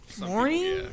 morning